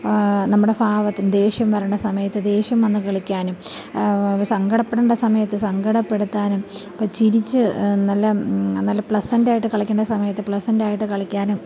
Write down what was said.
നമ്മുടെ ഭാവത്തിന് ദേഷ്യം വരുന്ന സമയത്ത് ദേഷ്യം വന്ന് കളിക്കാനും സങ്കടപ്പെടേണ്ട സമയത്ത് സങ്കടപ്പെടുത്താനും ഇപ്പം ചിരിച്ച് നല്ല നല്ല പ്ലസൻറ് ആയിട്ട് കളിക്കേണ്ട സമയത്ത് പ്ലസൻറ് ആയിട്ട് കളിക്കാനും